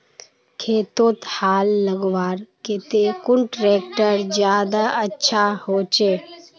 खेतोत हाल लगवार केते कुन ट्रैक्टर ज्यादा अच्छा होचए?